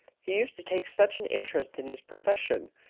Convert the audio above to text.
he used to take such an interest in his profession.